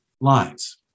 lines